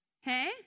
hey